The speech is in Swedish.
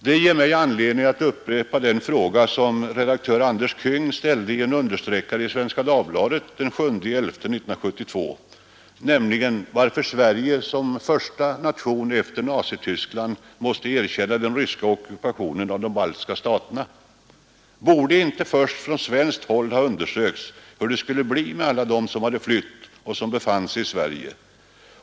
Det ger anledning till att upprepa den fråga, som redaktör Andres Käng ställt i en understreckare i Svenska Dagbladet den 7 november 1972, varför Sverige som första nation efter Nazi Tyskland — måste erkänna den ryska ockupationen av de baltiska staterna. Borde inte först från svenskt håll ha undersökts hur det skulle bli med alla dem, som hade flytt och som befann sig i Sverige?